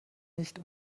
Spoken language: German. nicht